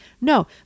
No